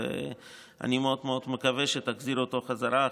ואני מאוד מאוד מקווה שתחזיר אותו חזרה עכשיו,